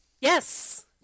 yes